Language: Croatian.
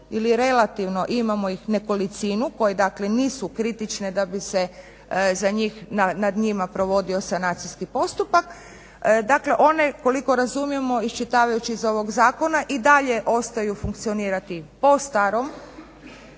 ili relativno imamo ih nekolicinu koje nisu kritične da bi se nad njima provodio sanacijski postupak, dakle one koliko razumijemo iščitavajući iz ovog zakona i dalje ostaju funkcionirati po starom